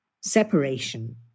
separation